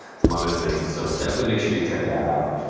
some other things. so definitely make sure you check that out.